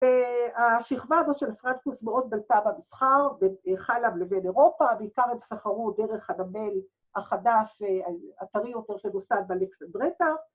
‫והשכבה הזו של הפרטקוס ‫מאוד בלטה במסחר, ‫בין חלב לבין אירופה, ‫בעיקר הם סחרו דרך הנמל החדש, ‫הטרי יותר, שנוסד בלקסדרטה.